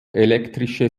elektrische